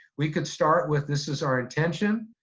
we could start with this is our intention,